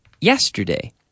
yesterday